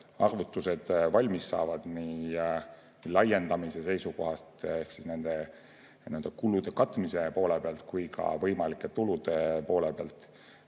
arvutused valmis saavad nii laiendamise seisukohast ehk kulude katmise poole pealt kui ka võimalike tulude poole pealt,